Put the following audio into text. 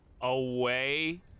away